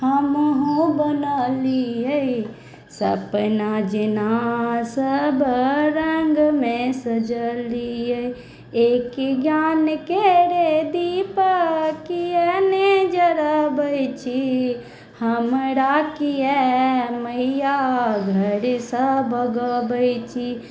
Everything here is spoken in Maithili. हमहुँ बनेलियै सपना जेना सभ रङ्गमे सजेलियै एक ज्ञानके रे दीपक किया ने जरैबे छी हमरा किया मैया घरसँ भगबै छी